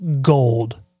gold